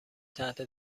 تحت